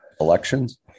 elections